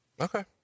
Okay